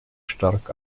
stark